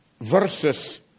versus